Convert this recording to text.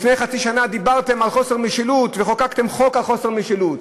לפני חצי שנה דיברתם על חוסר משילות וחוקקתם חוק על חוסר משילות.